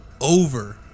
over